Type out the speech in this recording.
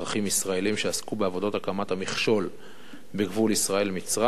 ישראלים שעסקו בעבודות הקמת המכשול בגבול ישראל מצרים.